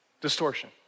distortion